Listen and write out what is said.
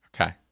Okay